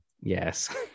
Yes